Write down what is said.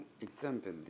example